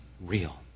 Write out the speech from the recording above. real